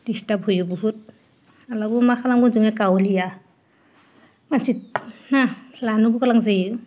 दिसताब होयो बहुत होमबाबो मा खालामगोन जोङो गावलिया मानसि ना लानोबो गोनां जायो